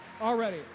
Already